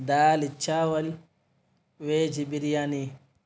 دال چاول ویج بریانی